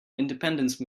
independence